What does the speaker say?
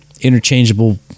interchangeable